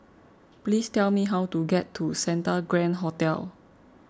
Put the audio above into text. please tell me how to get to Santa Grand Hotel